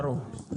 ברור,